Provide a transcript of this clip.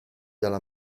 dalla